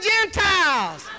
Gentiles